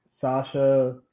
Sasha